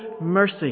mercy